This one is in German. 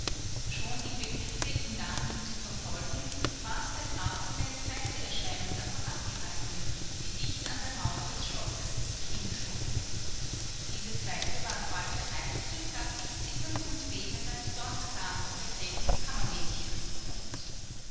schon im begriffe ihn dahin zu verfolgen ward der graf durch eine zweite erscheinung davon abgehalten die dicht an der mauer des schlosses sich hinschob diese zweite ward bald erreicht und gab sich zitternd und bebend als dortka der gräfin kammermädchen kund